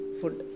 food